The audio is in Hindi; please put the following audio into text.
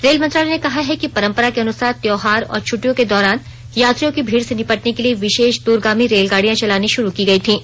रेल मंत्रालय ने कहा है कि परम्परा के अनुसार त्यौहार और छट्टियों के दौरान यात्रियों की भीड़ से निपटने के लिए विशेष दूरगामी रेलगाडियां चलानी शुरू की गई थीं